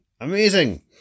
Amazing